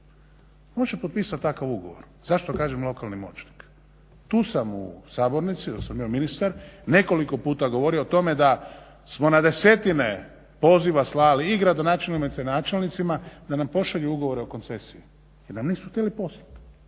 može potpisati takav ugovor. Zašto kažem lokalni moćnik? Tu sam u sabornici dok sam bio ministar nekoliko puta govorio o tome da smo na desetine poziva slali i gradonačelnicima i načelnicima da nam pošalju ugovor o koncesiji jer nam nisu htjeli poslati.